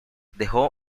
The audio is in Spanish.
dejó